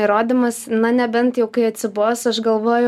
įrodymas na nebent jau kai atsibos aš galvoju